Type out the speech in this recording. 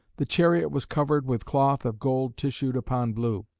the chariot was covered with cloth of gold tissued upon blue.